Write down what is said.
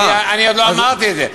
אני עוד לא אמרתי את זה.